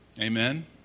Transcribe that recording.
Amen